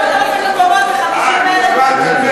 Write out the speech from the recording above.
מקומות ל-50,000 זרים?